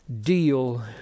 deal